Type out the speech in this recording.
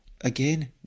again